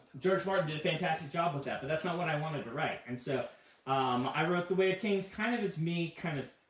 george martin did a fantastic job with that, but that's not what i wanted write. and so um i wrote the way of kings kind of as me kind of